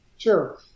Sure